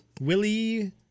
Willie